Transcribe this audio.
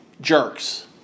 jerks